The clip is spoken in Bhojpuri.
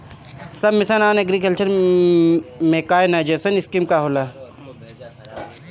सब mission on agriculture mechanization scheme का होला?